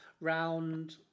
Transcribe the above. round